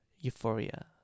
Euphoria